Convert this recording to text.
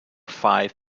five